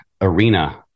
arena